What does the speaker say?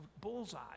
bullseye